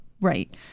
Right